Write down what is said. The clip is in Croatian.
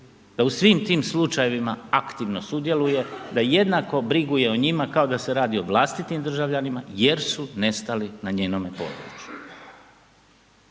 da u svim tim slučajevima aktivno sudjeluje, da jednako briguje o njima kao da se radi o vlastitim državljanima jer su nestali na njenom području.